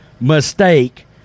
mistake